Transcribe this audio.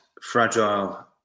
Fragile